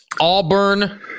Auburn